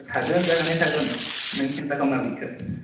थागोन जाहोनाय थागोन नों सिन्ता खालामनाङा बेखौ